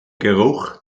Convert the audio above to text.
geruch